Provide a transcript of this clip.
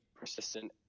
persistent